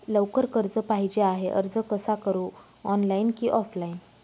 लवकर कर्ज पाहिजे आहे अर्ज कसा करु ऑनलाइन कि ऑफलाइन?